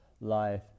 life